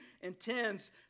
intends